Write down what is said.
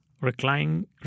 Reclining